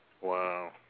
Wow